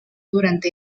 durante